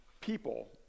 people